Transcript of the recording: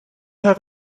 have